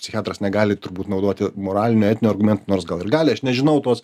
psichiatras negali turbūt naudoti moralinių etinių argumentų nors gal ir gali aš nežinau tos